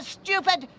stupid